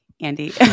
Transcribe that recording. Andy